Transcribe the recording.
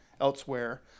elsewhere